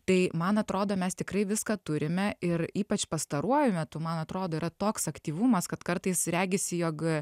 tai man atrodo mes tikrai viską turime ir ypač pastaruoju metu man atrodo yra toks aktyvumas kad kartais regisi jog